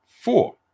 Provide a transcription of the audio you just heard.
Four